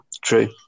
True